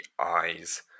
eyes